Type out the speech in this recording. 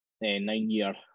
nine-year